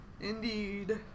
Indeed